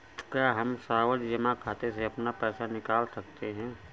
क्या हम सावधि जमा खाते से अपना पैसा निकाल सकते हैं?